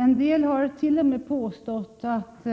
En del har t.o.m. påstått att